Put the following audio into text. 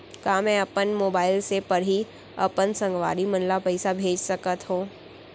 का मैं अपन मोबाइल से पड़ही अपन संगवारी मन ल पइसा भेज सकत हो?